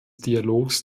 dialogs